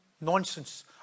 Nonsense